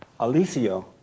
Alicio